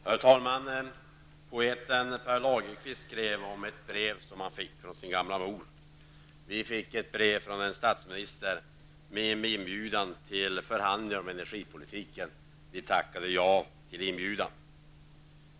Herr talman! Poeten Pär Lagerkvist har skrivit om ett brev som han fick från sin gamla mor. Vi fick ett brev från en statsminister med en inbjudan till förhandlingar om energipolitiken. Vi tackade ja till denna inbjudan.